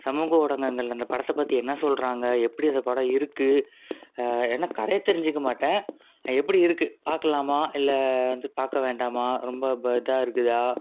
சமூக ஊடகங்கள் அந்த படத்தை பற்றி என்ன சொல்கிறாங்க எப்படி அந்த படம் இருக்குது என்ன கதை தெரிஞ்சுக்க மாட்டேன் எப்படி இருக்குது பார்க்கலாமா இல்லை வந்து பார்க்க வேண்டாமா ரொம்ப இப்போ இதாக இருக்குதா